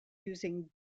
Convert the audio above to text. using